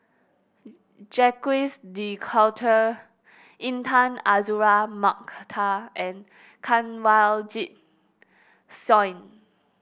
Jacques De Coutre Intan Azura Mokhtar and Kanwaljit Soin